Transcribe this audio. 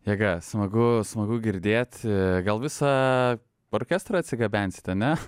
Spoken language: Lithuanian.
jėga smagu smagu girdėti gal visą orkestrą atsigabensite ne